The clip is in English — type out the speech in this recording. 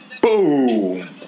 Boom